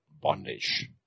bondage